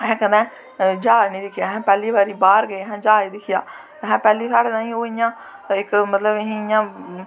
असें कदें ज्हाज नी दिक्खेआ असें पैह्ली बारी बाह्र गे असैं ज्हाज दिक्खेआ असें पैह्ली बार ओह् इयां इक मतलव असें इयां